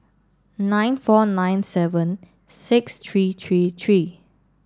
nine four nine seven six three three three